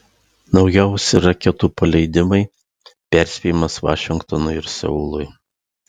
naujausi raketų paleidimai perspėjimas vašingtonui ir seului